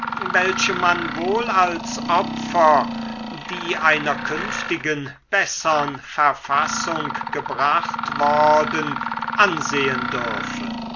welche man wohl als opfer die einer künftigen bessern verfassung gebracht worden ansehen dürfe